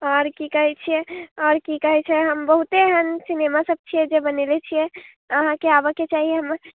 आओर की कहै छियै आओर की कहै छै हम बहुत्ते एहन सिनेमा सब छियै जे बनेने छियै आहाँके आबऽके चाही हमर